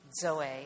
Zoe